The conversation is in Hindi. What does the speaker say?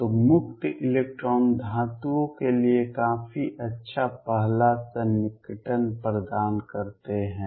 तो मुक्त इलेक्ट्रॉन धातुओं के लिए काफी अच्छा पहला सन्निकटन प्रदान करते हैं